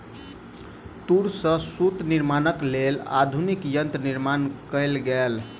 तूर सॅ सूत निर्माणक लेल आधुनिक यंत्रक निर्माण कयल गेल